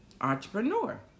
entrepreneur